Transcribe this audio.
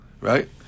right